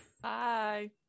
Bye